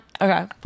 okay